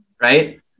Right